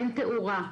אין תאורה.